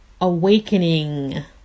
awakening